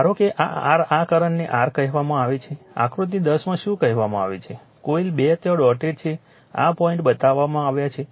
ધારો કે આ r આ કરંટને r કહેવામાં આવે છે આકૃતિ 10 માં શું કહેવામાં આવે છે કોઇલ 2 ત્યાં ડોટ છે આ પોઇન્ટ બતાવવામાં આવ્યા છે